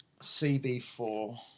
CB4